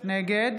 נגד